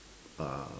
uhh